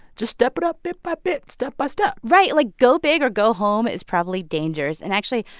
just step it up bit by bit, step by step right. like, go big or go home is probably dangerous. and actually,